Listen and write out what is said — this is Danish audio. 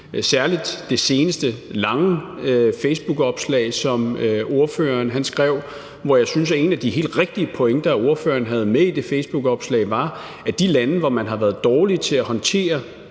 særlig det seneste lange facebookopslag, som han skrev. Her synes jeg, at en af de helt rigtige pointer, ordføreren havde med i det facebookopslag, om de lande, hvor man har været dårlige til at håndtere